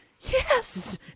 Yes